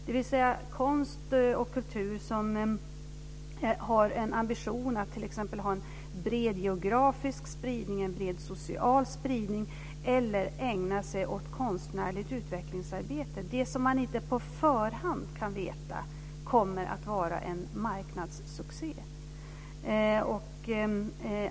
Det gäller konst och kultur som har en ambition att t.ex. ha en bred geografisk eller social spridning eller ägnar sig åt konstnärligt utvecklingsarbete, dvs. sådant som man inte på förhand kan veta om det kommer att vara en marknadssuccé.